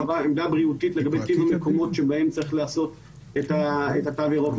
עמדה בריאותית לגבי טיב המקומות בהם צריך לעשות את התו הירוק.